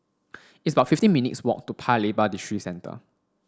it's about fifteen minutes' walk to Paya Lebar Districentre